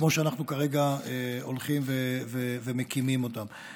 כמו שאנחנו הולכים ומקימים אותה כרגע.